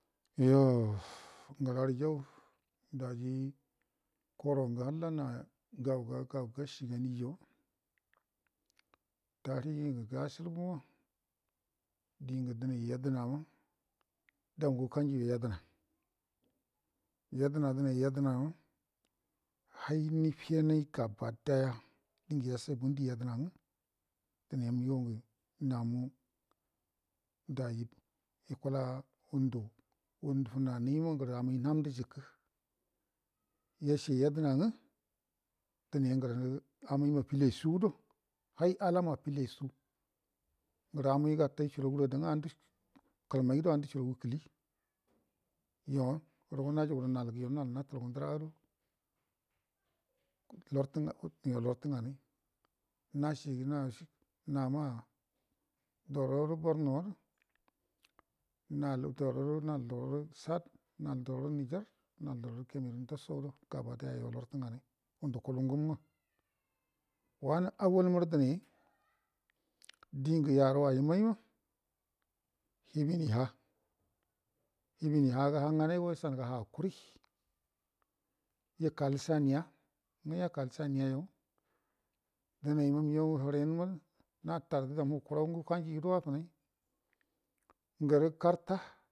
Yoh ngəlarujau daji korongo halla nayu gaugau gasigani tarihingu gasilbu, a dingu dinai gasilbu daungu ukanjuyo yedna dnai yedna hai nufiyenaima gabadaya dinga yasandu yendna dunai migaungu namu dai ngunatu funanaima amai namdu juku yase yedna ngə amaima file sugudo hai alama file sugudo ngəru alama kalmai gudo andu suragu ma kili yorugo najiga gədə nalnatagu ndargudo nama dororu borno nal dorouru chad nal dororo niger nal dorou ngengime yo gaba daya lortungnai wanu awalmaru dənai dingu yaruwa emai ma hibini ha. a hangai mago, esanuga hakuri yikal saniya yakal saniya yo dnaima hiren mare dau muru kurau yugudo wafnai gari karta